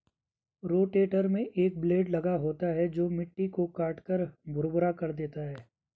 rotator में एक blade लगा होता है जो मिट्टी को काटकर भुरभुरा कर देता है